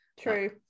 true